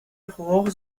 rohre